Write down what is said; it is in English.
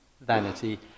vanity